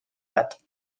bat